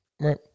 right